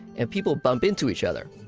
and people bump into each other.